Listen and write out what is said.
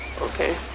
Okay